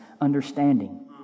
understanding